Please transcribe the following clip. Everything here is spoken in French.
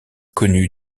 connus